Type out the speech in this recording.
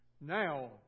now